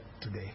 today